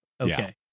okay